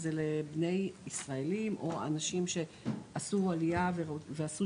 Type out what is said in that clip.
שזה לבני ישראלים או אנשים שעשו עלייה ועשו